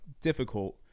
difficult